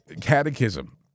catechism